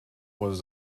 was